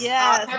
Yes